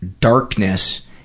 darkness